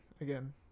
again